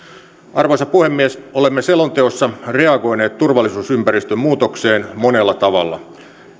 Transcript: arvoisa puhemies olemme selonteossa reagoineet turvallisuusympäristön muutokseen monella tavalla